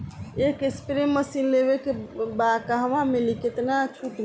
एक spray machine लेवे के बा कहवा मिली केतना छूट मिली?